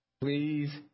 please